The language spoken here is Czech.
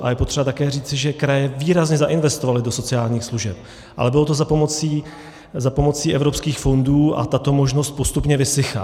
A je potřeba také říci, že kraje výrazně zainvestovaly do sociálních služeb, ale bylo to za pomoci evropských fondů a tato možnost postupně vysychá.